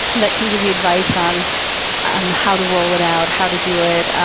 that can give you advice on and how to roll it out, how to do it,